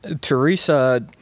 Teresa